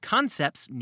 Concepts